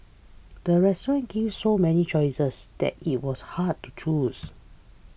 the restaurant gave so many choices that it was hard to choose